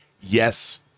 yes